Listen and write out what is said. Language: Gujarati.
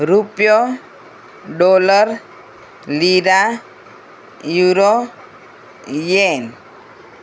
રૂપિયો ડોલર લીરા યુરો યેન